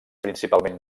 principalment